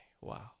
wow